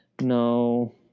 No